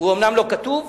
הוא אומנם לא כתוב,